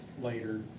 later